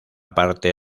parte